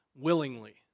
willingly